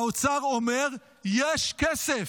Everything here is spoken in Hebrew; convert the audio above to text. האוצר אומר: יש כסף.